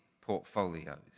portfolios